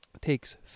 takes